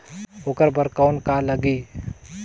ओकर बर कौन का लगी?